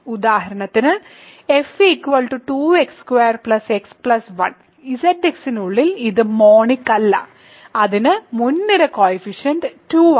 ഉദാഹരണത്തിന് f 2x2 x 1 Zx നുള്ളിൽ ഇത് മോണിക് അല്ല അതിന്റെ മുൻനിര കോയിഫിഷ്യൻറ് 2 ആണ്